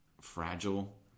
fragile